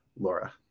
Laura